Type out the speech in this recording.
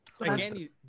Again